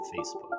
Facebook